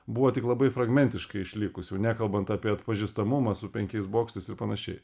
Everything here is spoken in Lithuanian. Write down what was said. buvo tik labai fragmentiškai išlikus jau nekalbant apie atpažįstamumą su penkiais bokštais ir panašiai